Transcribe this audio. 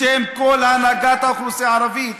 בשם כל הנהגת האוכלוסייה הערבית,